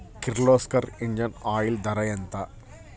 Kirloskar engine oil ధర ఎంత?